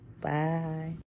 bye